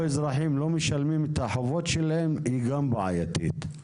אזרחים לא משלמים את החובות שלהם הוא גם בעייתי.